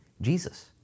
Jesus